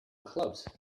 clubs